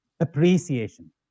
appreciation